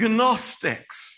Gnostics